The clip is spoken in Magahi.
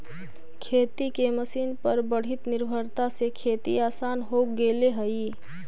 खेती के मशीन पर बढ़ीत निर्भरता से खेती आसान हो गेले हई